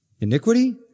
iniquity